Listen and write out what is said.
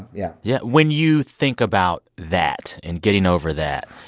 yeah yeah. when you think about that and getting over that.